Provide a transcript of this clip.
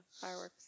fireworks